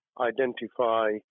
identify